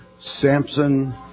Samson